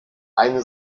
eine